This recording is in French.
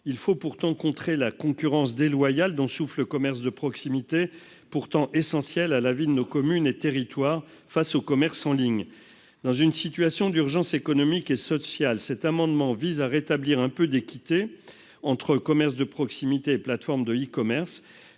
il faut pourtant contrer la concurrence déloyale dont souffrent le commerce de proximité, pourtant essentiels à la vie de nos communes et territoires face au commerce en ligne dans une situation d'urgence économique et social, cet amendement vise à rétablir un peu d'équité entre commerce de proximité et plateformes de E-commerce,